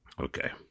Okay